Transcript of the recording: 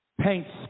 paints